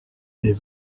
des